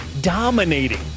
dominating